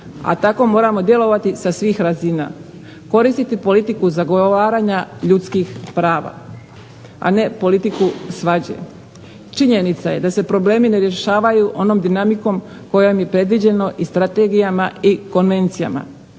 a tako moramo djelovati sa svih razina. Koristiti politiku zagovaranja ljudskih prava, a ne politiku svađe. Činjenica je da se problemi ne rješavaju onom dinamikom kojom je predviđeno i strategijama i konvencijama.